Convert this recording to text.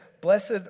Blessed